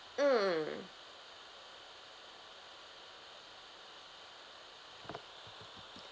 mm